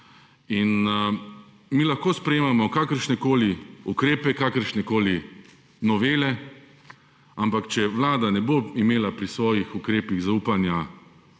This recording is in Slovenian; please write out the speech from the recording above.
Mi lahko sprejemamo kakršnekoli ukrepe, kakršnekoli novele, ampak če vlada ne bo imela pri svoji ukrepih zaupanja